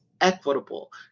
equitable